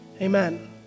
Amen